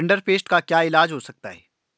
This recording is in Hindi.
रिंडरपेस्ट का क्या इलाज हो सकता है